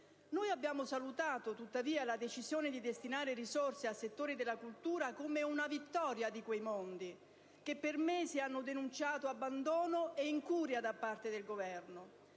abbiamo salutato la decisione di destinare risorse a settori della cultura come una vittoria di quei mondi che, per mesi, hanno denunciato abbandono e incuria da parte del Governo.